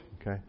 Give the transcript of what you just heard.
okay